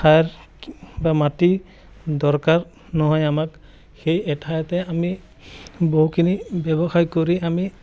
ঠাইৰ বা মাটি দৰকাৰ নহয় আমাক সেই এঠাইতে আমি বহুখিনি ব্যৱসায় কৰি আমি